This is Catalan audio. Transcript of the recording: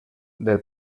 del